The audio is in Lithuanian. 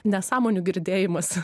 nesąmonių girdėjimas